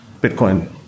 Bitcoin